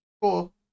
Cool